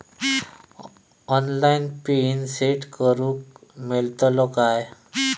Online PIN set करूक मेलतलो काय?